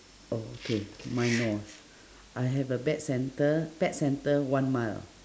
oh okay mine no I have a bad center pet centre one mile